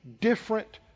different